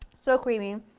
so creamy.